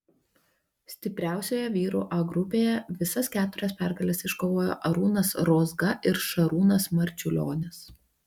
stipriausioje vyrų a grupėje visas keturias pergales iškovojo arūnas rozga ir šarūnas marčiulionis